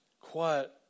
quiet